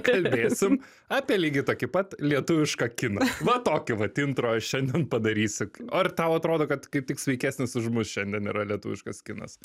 kalbėsim apie lygiai tokį pat lietuvišką kiną va tokį vat intro šiandien padarysiu ar tau atrodo kad kaip tik sveikesnis už mus šiandien yra lietuviškas kinas